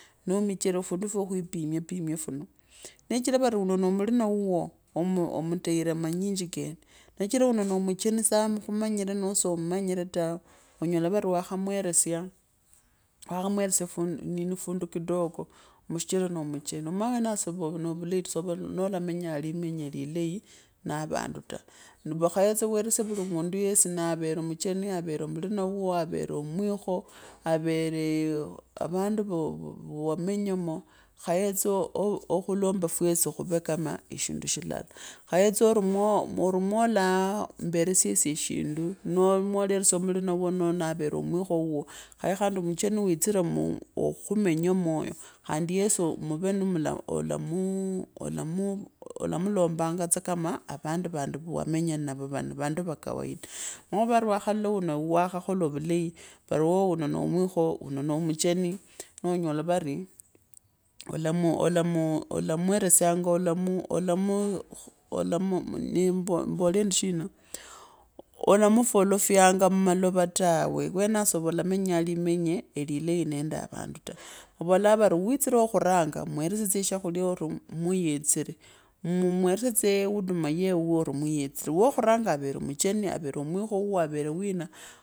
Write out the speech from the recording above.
Noo omuchere fundi fwo khwipimia pimia funo nee ichira vari uno noo mulina wuo omu omuteira manyinji kene nee sichira uno noo omucheni saa khumanyire no soo mmanyare tawe onyola vari wakhamweresya nini fundu kidogo sichira noo mucheni omanye wenao siiva noovulai ta, soova nolamenyaa limenya lilai na vandu ta. Vukhae weresye tsa vuli mundu yesi navere mucheni, avere mulina wuuo, avere mwikho wuuo, avere avandu va wamenya mo, khaetsa okhulombe fwesi khuvetsa kama eshindu shilala, khaetsa mwo mwolaamberesia isye shindu noo mwo leresia mulina wuwo noo navere omwikho wuwo, khae khandi mucheni wiitsire okhumenyamo ayo khaendi yesi mave ni mwa ola maa mulambanga tsa kama avandu vandi va wamenya nnavo varo vandu va kawaida noo wakhalola wunowakhala vuli vari ooh uno no mucheni uno no mwikho nee onyola vari olamu olumweresianga olamu maa eembole endi shina, olamu folofyanga mumalova tawe, wenaosova olamenyanga limenyaelilai nende avandu tazeh, vovolaa vari witsire wakhuranga mweresye tsa shakhula mweyetsire mweresiye ta wuunduma yewaao ori mweyetsire wokhuranga avere mucheni avere mwikho wuwo avere wina.